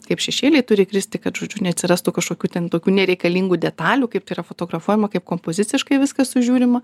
kaip šešėliai turi kristi kad žodžiu neatsirastų kažkokių ten tokių nereikalingų detalių kaip tai yra fotografuojama kaip kompoziciškai viskas sužiūrima